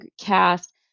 cast